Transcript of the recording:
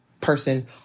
person